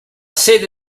sede